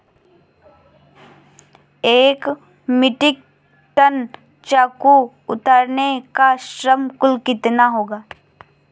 एक metric ton चीकू उतारने का श्रम शुल्क कितना होगा?